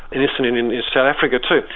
an incident in south africa too,